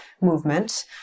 movement